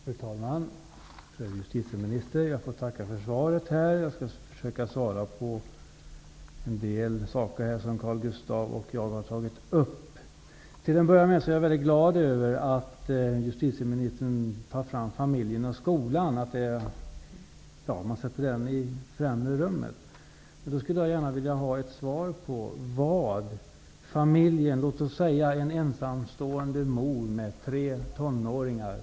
Fru talman! Fru justitieminister! Jag tackar för svaret. Jag skall försöka redogöra för en del saker som Karl Gustaf Sjödin och jag har tagit upp. Jag är till att börja med mycket glad över att justitieministern lyfter fram familjerna och skolan och sätter dem i främsta rummet. Jag kan som exempel ta en ensamstående mor med tre tonåringar.